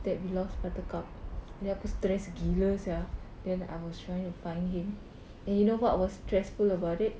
that we lost buttercup then aku stress gila sia then I was trying to find him and you know what was stressful about it